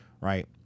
right